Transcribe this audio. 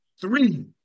three